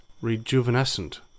rejuvenescent